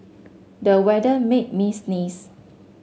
the weather made me sneeze